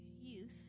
youth